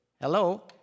hello